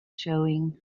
showing